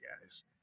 guys